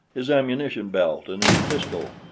his ammunition-belt and his pistol.